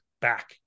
back